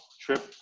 trip